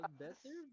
better